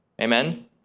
Amen